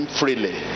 freely